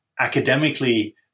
academically